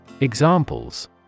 Examples